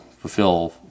fulfill